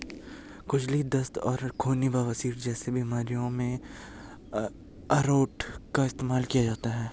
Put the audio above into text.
खुजली, दस्त और खूनी बवासीर जैसी बीमारियों में अरारोट का इस्तेमाल किया जाता है